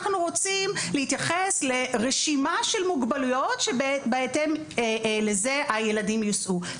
אנחנו רוצים להתייחס לרשימה של מוגבלויות שבהתאם לזה הילדים ייסעו.